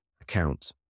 account